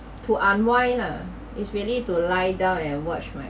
to unwind lah is really to lie down and watch my